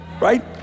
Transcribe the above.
right